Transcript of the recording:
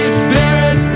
spirit